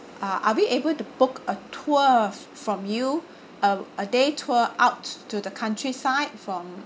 uh are we able to book a tour f~ from you a a day tour out to the countryside from